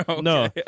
No